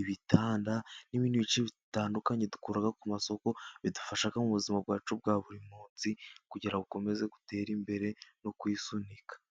ibitanda n'ibindi bice bitandukanye dukura ku masoko, bidufasha mu buzima bwacu bwa buri munsi, kugira ngo ngo ukomeze utere imbere no kwisunika.